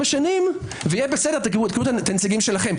4 שנים ותביאו את הנציגים שלכם.